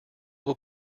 will